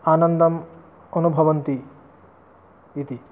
आनन्दम् अनुभवन्ति इति